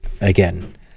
again